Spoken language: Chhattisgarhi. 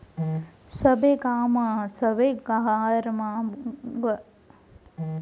सबे गाँव म सबे घर म बरोबर गाय गरुवा पाले पोसे जाथे